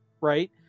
right